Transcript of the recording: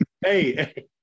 hey